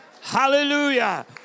Hallelujah